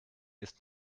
ist